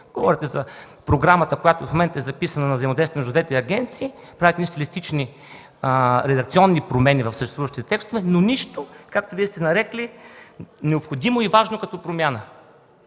Говорите за програмата, записана в момента, за взаимодействие между двете агенции, правите стилистични, редакционни промени в съществуващите текстове, но нищо, което Вие сте нарекли, като „необходими и важно като промяна”.